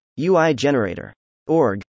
UIGenerator.org